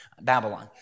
Babylon